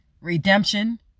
Redemption